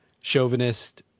chauvinist